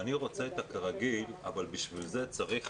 אני רוצה את הכרגיל, אבל בשביל זה צריך